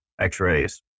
x-rays